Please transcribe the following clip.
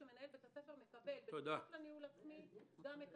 שמנהל בית הספר מקבל בתוך הניהול העצמי גם את